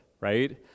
right